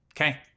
Okay